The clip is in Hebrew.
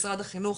משרד החינוך,